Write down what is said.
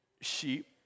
sheep